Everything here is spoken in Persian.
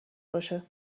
باشه